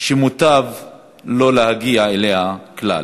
שמוטב שלא להגיע אליה כלל.